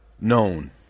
known